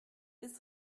ist